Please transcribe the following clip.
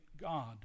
God